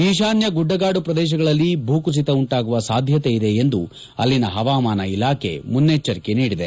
ಈಶಾನ್ಯ ಗುಡ್ಡಗಾಡು ಪ್ರದೇಶಗಳಲ್ಲಿ ಭೂಕುಸಿತ ಉಂಟಾಗುವ ಸಾಧ್ಯತೆ ಇದೆ ಎಂದು ಅಲ್ಲಿನ ಹವಾಮಾನ ಇಲಾಖೆ ಮುನ್ನೆಚ್ಚರಿಕೆ ನೀಡಿದೆ